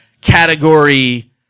category